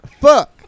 Fuck